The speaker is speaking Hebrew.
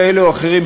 כאלה או אחרים,